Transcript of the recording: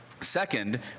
Second